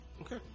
Okay